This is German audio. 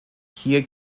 hier